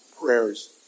prayers